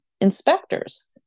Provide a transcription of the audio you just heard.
inspectors